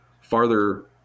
farther